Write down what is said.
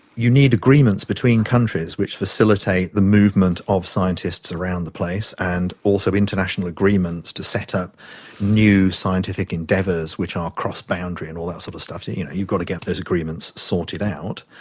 you need agreements between countries which facilitate the movement of scientists around the place and also international agreements to set up new scientific endeavours which are cross-boundary and all that sort of stuff, you know you've got to get those agreements sorted out.